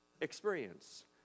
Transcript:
experience